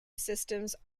systems